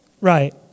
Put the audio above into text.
Right